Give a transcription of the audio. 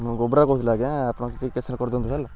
ମୁଁ ଗୋବାରା କହୁଥିଲି ଆଜ୍ଞା ଆପଣ ଟିକେ କ୍ୟାନସଲ୍ କରିିଦିଅନ୍ତୁ ହେଲା